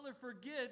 forget